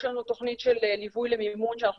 יש לנו תוכנית של ליווי למימון שאנחנו